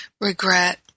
regret